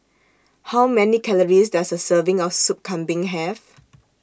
How Many Calories Does A Serving of Sup Kambing Have